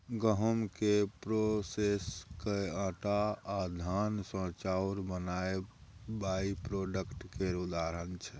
गहुँम केँ प्रोसेस कए आँटा आ धान सँ चाउर बनाएब बाइप्रोडक्ट केर उदाहरण छै